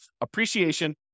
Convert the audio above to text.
appreciation